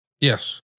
Yes